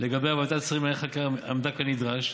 לגביה ועדת השרים לענייני חקיקה עמדה כנדרש,